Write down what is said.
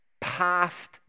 past